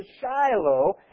Shiloh